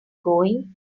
going